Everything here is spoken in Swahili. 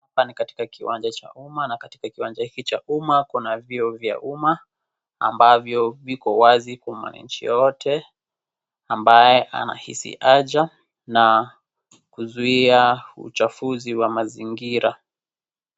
Hapa ni katika kiwanja Cha uma na katika kiwanja Cha uma, Kuna vyoo vya uma, ambavyo viko wazi mwananchi yeyote ambaye anahisi aja, na kuzuia uchafuzi wamazingira.